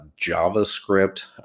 JavaScript